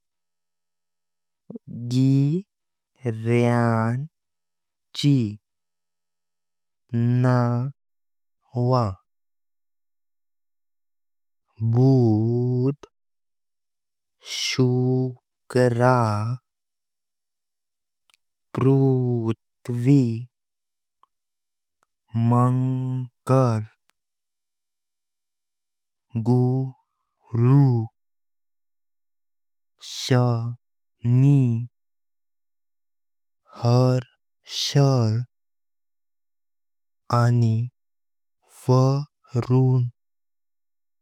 गिरयांची नांव: बुध, शुक्र, पृथ्वी, मंगळ, गुरु, शनि, हर्षल, वरुण।